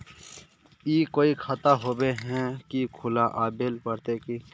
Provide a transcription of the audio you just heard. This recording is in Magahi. ई कोई खाता होबे है की खुला आबेल पड़ते की?